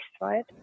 right